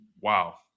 wow